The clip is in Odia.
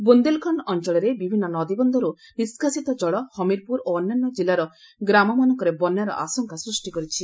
ବୁନ୍ଦେଲ୍ଖଣ୍ଡ ଅଞ୍ଚଳରେ ବିଭିନ୍ନ ନଦୀବନ୍ଧରୁ ନିଷ୍କାସିତ ଜଳ ହମିର୍ପୁର ଓ ଅନ୍ୟାନ୍ୟ ଜିଲ୍ଲାର ଗ୍ରାମମାନଙ୍କରେ ବନ୍ୟାର ଆଶଙ୍କା ସୃଷ୍ଟି କରିଛି